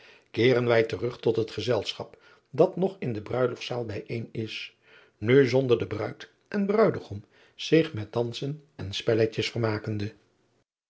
eeren wij terug tot het gezelschap dat nog in de ruilostszaal bijeen is nu zonder de ruid en ruidegom zich met dansen en spelletjes vermakende